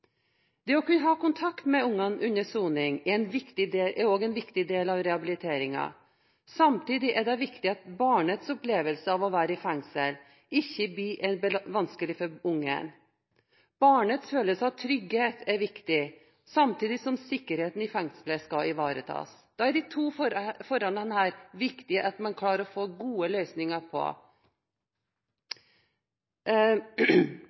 Det å kunne ha kontakt med ungene under soning er også en viktig del av rehabiliteringen. Samtidig er det viktig at barnets opplevelse av å være i fengselet ikke blir vanskelig for ungen. Barnets følelse av trygghet er viktig, samtidig som sikkerheten i fengselet skal ivaretas, og da er det viktig at man klarer å få gode løsninger på